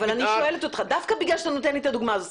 אבל אני שואלת אותך דווקא בגלל שאתה נותן לי את הדוגמה הזאת.